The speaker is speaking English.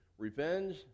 Revenge